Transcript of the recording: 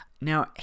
Now